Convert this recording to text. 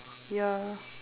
ya